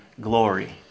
glory